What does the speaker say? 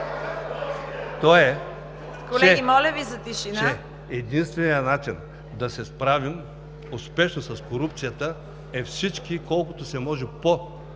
ПЕТРОВ: Единственият начин да се справим успешно с корупцията е всички, колкото се може по-бързо